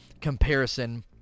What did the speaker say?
comparison